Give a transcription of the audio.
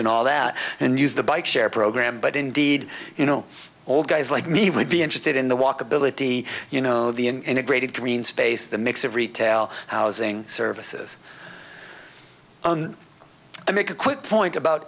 and all that and use the bike share program but indeed you know old guys like me would be interested in the walkability you know the in graded green space the mix of retail housing services i make a quick point about